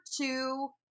two